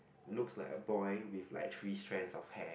looks like a boy with like three strands of hair